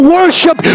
worship